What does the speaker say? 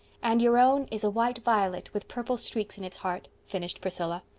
and your own is a white violet, with purple streaks in its heart, finished priscilla.